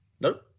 Nope